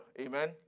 Amen